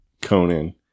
Conan